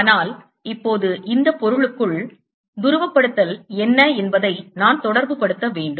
ஆனால் இப்போது இந்த பொருளுக்குள் துருவப்படுத்தல் என்ன என்பதை நான் தொடர்புபடுத்த வேண்டும்